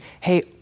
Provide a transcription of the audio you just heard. hey